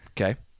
okay